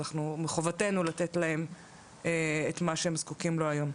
אז מחובתנו לתת להם את מה שהם זקוקים לו היום.